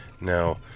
Now